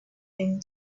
him